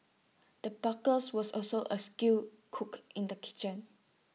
the butcher was also A skilled cook in the kitchen